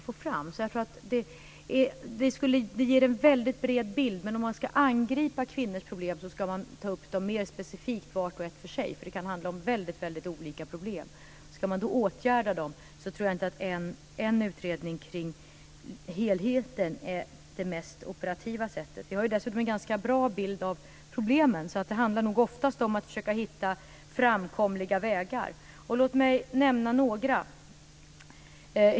Visserligen skulle det ge en bred bild, men om man ska angripa kvinnors problem ska man ta upp dem specifikt, vart och ett för sig, eftersom det kan handla om väldigt olika problem. Ska man då åtgärda dem är nog inte en utredning kring helheten det mest operativa sättet. Vi har dessutom en ganska bra bild av problemen. Det handlar nog mest om att hitta framkomliga vägar. Låt mig nämna några.